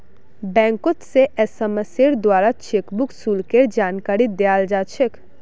बैंकोत से एसएमएसेर द्वाराओ चेकबुक शुल्केर जानकारी दयाल जा छेक